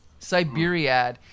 Siberiad